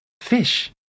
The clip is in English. Fish